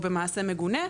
או במעשה מגונה,